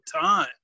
time